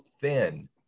thin